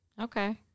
Okay